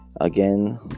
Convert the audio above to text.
again